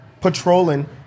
patrolling